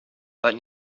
but